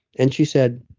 and she said,